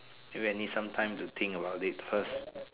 I need sometime to think about it first